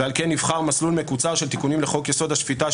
ועל כן נבחר מסלול מקוצר של תיקונים לחוק-יסוד: השפיטה,